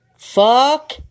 Fuck